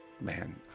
man